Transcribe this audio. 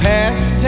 Past